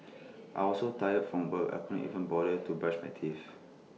I was so tired from work I couldn't even bother to brush my teeth